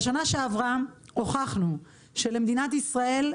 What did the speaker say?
בשנה שעברה הוכחנו שבמדינת ישראל,